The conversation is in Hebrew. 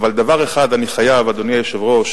אבל אין בו קרנות מזבח.